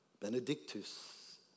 Benedictus